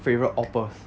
favourite awpers